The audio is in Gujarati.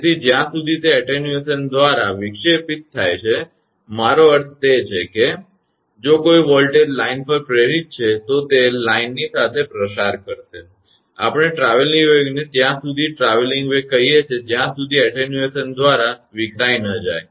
તેથી જ્યાં સુધી તે એટેન્યુએશન દ્વારા વિક્ષેપિત થાય છે મારો અર્થ તે જે છે તે છે જો કોઈ વોલ્ટેજ લાઇન પર પ્રેરિત છે તો તે લાઇનની સાથે પ્રસાર કરશે આપણે ટ્રાવેલિંગ વેવને ત્યાં સુધી ટ્રાવેલિંગ વેવ કહીએ છીએ જ્યાં સુધી એટેન્યુએશન દ્વારા વિખેરાઈ ન જાય